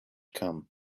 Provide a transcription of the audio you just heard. come